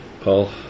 Paul